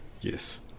Yes